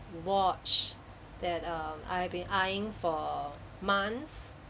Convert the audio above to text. watch that um I've been eyeing for months